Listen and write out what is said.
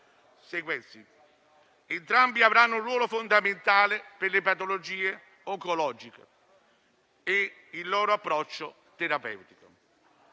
Entrambi avranno un ruolo fondamentale per le patologie oncologiche e il loro approccio terapeutico.